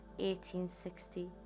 1860